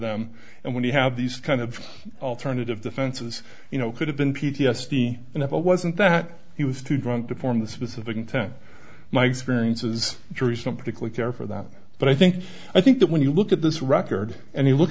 them and when you have these kind of alternative defenses you know it could have been p t s d and if it wasn't that he was too drunk to form the specific intent my experiences jury some particular care for that but i think i think that when you look at this record and you look